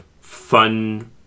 fun